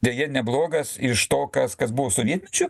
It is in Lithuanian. deja neblogas iš to kas kas buvo sovietmečiu